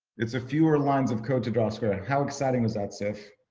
it's a few lines of code to javascript. how exciting is that safe?